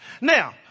Now